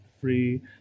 free